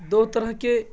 دو طرح کے